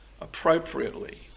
appropriately